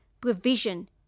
provision